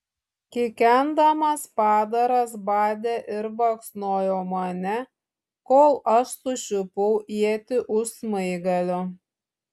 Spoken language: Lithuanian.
kikendamas padaras badė ir baksnojo mane kol aš sučiupau ietį už smaigalio